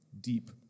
deep